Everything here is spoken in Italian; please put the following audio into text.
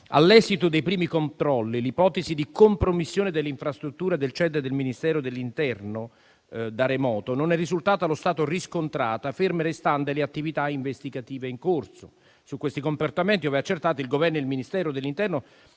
All'esito dei primi controlli, l'ipotesi di compromissione delle infrastrutture del CED del Ministero dell'interno da remoto non è risultata allo stato riscontrata, ferme restando le attività investigative in corso. Su questi comportamenti, ove accertati, il Governo e il Ministero dell'interno